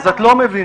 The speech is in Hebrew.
אז את לא מבינה.